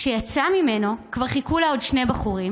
כשיצאה ממנו, כבר חיכו לה עוד שני בחורים